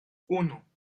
uno